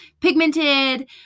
pigmented